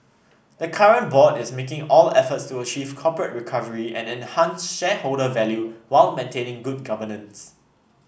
the current board is making all efforts to achieve corporate recovery and enhance shareholder value while maintaining good governance